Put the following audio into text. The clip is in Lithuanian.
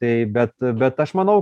tai bet bet aš manau